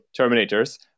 terminators